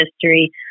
history